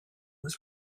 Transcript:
was